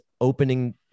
opening